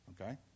okay